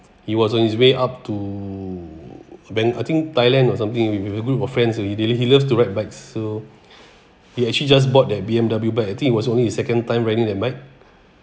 he was on his way up to when I think thailand or something with a group of friends he he loves to ride bikes so he actually just bought that B_M_W I think it was only his second time riding that bike